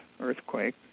earthquake